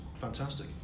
fantastic